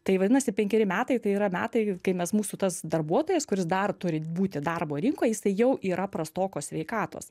tai vadinasi penkeri metai tai yra metai kai mes mūsų tas darbuotojas kuris dar turi būti darbo rinkoj jisai jau yra prastokos sveikatos